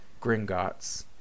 gringotts